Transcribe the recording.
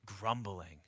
Grumbling